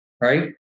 right